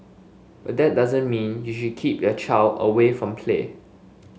but that doesn't mean you should keep your child away from play